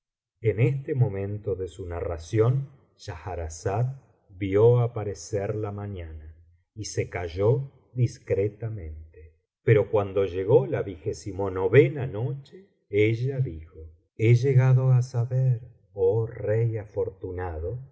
en este momento de su narración schahrazada vio aparecer la mañana y se calló discretamente pero cuando llegó la noche ella dijo he llegado á saber oh rey afortunado